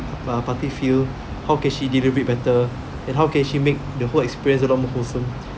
uh party feel how can she did it better and how can she make the whole experience around them wholesome